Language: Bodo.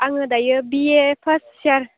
आङो दायो बि ए फार्स्ट इयार